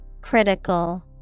Critical